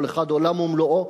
כל אחד עולם ומלואו,